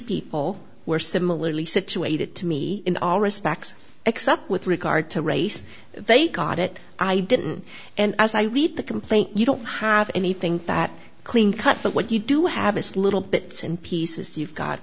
people were similarly situated to me in all respects except with regard to race they caught it i didn't and as i read the complaint you don't have anything that clean cut but what you do have is little bits and pieces you've got